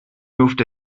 moved